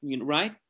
right